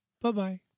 Bye-bye